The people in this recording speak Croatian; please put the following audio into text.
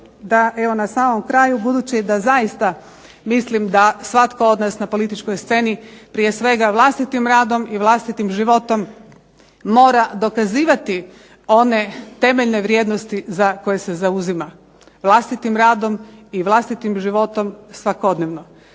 da evo na samom kraju budući da zaista mislim da svatko od nas na političkoj sceni prije svega vlastitim radom i vlastitim životom mora dokazivati one temeljne vrijednosti za koje se zauzima. Vlastitim radom i vlastitim životom svakodnevno.